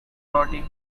rotting